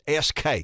SK